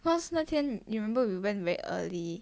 what's 那天 you remember we went very early